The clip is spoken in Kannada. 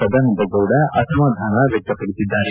ಸದಾನಂದಗೌಡ ಅಸಮಧಾನ ವ್ಯಕ್ತಪಡಿದ್ದಾರೆ